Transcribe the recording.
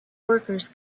workers